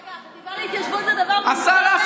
רגע, החטיבה להתיישבות זה דבר מומצא בעיניך?